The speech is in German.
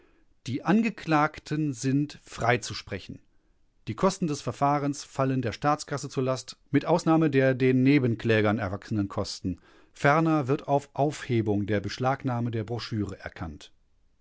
die angeklagten sind freizusprechen die kosten des verfahrens fallen der staatskasse zur last mit ausnahme der den nebenklägern erwachsenen kosten ferner wird auf aufhebung der beschlagnahme der broschüre erkannt